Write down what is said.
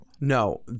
No